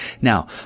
Now